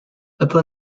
upper